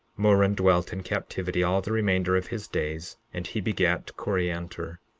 moron dwelt in captivity all the remainder of his days and he begat coriantor.